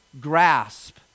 grasp